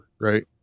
right